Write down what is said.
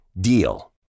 DEAL